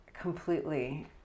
completely